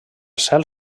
cel